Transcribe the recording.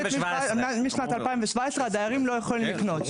משנת 2017 הדיירים לא יכולים לקנות.